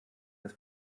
dass